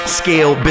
scale